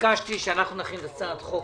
ביקשתי שאנחנו נכין הצעת חוק